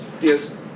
Yes